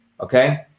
okay